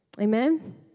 Amen